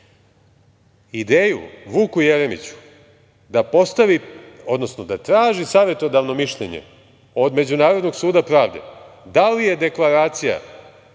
Vuku Jeremiću da postavi, odnosno da traži savetodavno mišljenje od Međunarodnog suda pravde da li je deklaracija